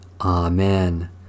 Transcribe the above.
Amen